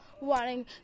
wanting